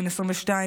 בן 22,